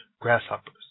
grasshoppers